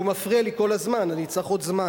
הוא מפריע לי כל הזמן, אני אצטרך עוד זמן.